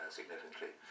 significantly